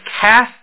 cast